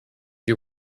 you